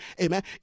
amen